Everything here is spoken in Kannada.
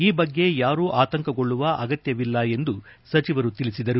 ಈ ಬಗ್ಗೆ ಯಾರೂ ಆತಂಕಗೊಳ್ಳುವ ಅಗತ್ಯವಿಲ್ಲ ಎಂದು ಸಚಿವರು ತಿಳಿಸಿದರು